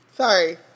Sorry